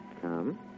Come